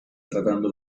tratando